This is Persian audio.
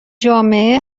جامعه